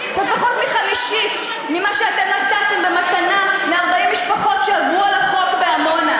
זה פחות מחמישית ממה שאתם נתתם במתנה ל-40 משפחות שעברו על החוק בעמונה.